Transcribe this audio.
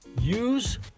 Use